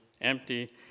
empty